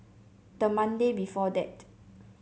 the Monday before that